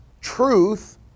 truth